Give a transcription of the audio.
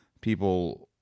people